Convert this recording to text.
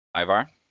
Ivar